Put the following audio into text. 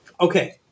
Okay